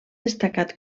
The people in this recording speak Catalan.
destacat